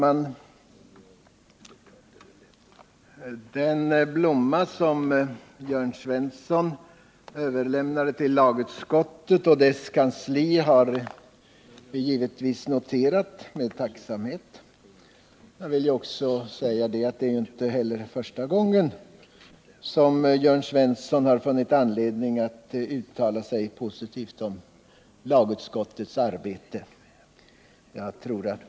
Herr talman! Att Jörn Svensson överlämnade en blomma till lagutskottet och dess kansli har vi givetvis noterat med tacksamhet. Det är inte heller första gången som Jörn Svensson har funnit anledning att uttala sig positivt om lagutskottets arbete.